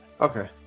Okay